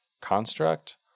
construct